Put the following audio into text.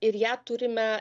ir ją turime